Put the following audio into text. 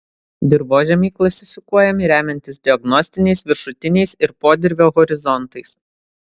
dirvožemiai klasifikuojami remiantis diagnostiniais viršutiniais ir podirvio horizontais